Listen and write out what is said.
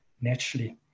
naturally